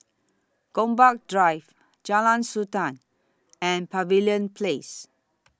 Gombak Drive Jalan Sultan and Pavilion Place